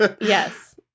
yes